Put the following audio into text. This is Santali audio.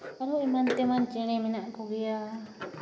ᱟᱨᱚ ᱮᱢᱟᱱ ᱛᱮᱢᱟᱱ ᱪᱮᱬᱮ ᱢᱮᱱᱟᱜ ᱠᱚᱜᱮᱭᱟ